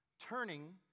Turning